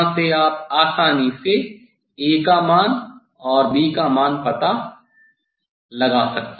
और यहां से आप आसानी से 'A' का मान और "B' का मान का पता लगा सकते हैं